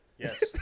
yes